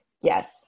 Yes